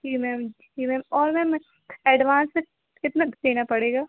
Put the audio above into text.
जी ma'am जी ma'am और ma'am advance में कितना देना पड़ेगा